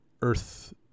earth